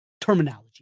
terminology